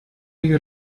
you